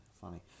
Funny